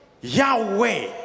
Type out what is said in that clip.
Yahweh